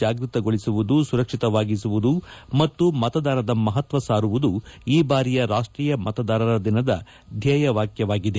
ಜಾಗೃತಗೊಳಿಸುವುದು ಸುರಕ್ಷಿತವಾಗಿಸುವುದು ಮತ್ತು ಮತದಾನದ ಮಹತ್ವ ಸಾರುವುದು ಈ ಬಾರಿಯ ರಾಷ್ಟೀಯ ಮತದಾರರ ದಿನದ ಧ್ಯೇಯ ವಾಕ್ಯವಾಗಿದೆ